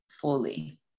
fully